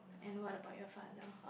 and what about your father